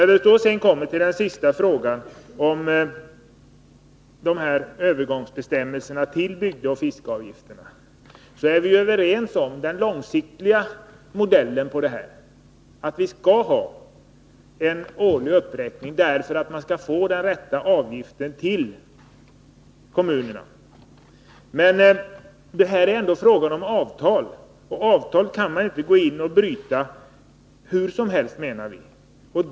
När det sedan gäller den sista frågan — övergångsbestämmelserna till bygdeoch fiskeavgifterna — är vi överens om den långsiktiga modellen: Vi skall ha en årlig uppräkning för att man skall få den rätta avgiften till kommunerna. Men det är här ändå fråga om avtal, och avtal kan man inte gå in och bryta hur som helst, menar vi.